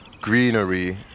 greenery